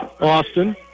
austin